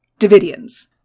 Davidians